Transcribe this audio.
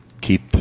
Keep